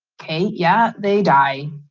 okay? yeah, they die.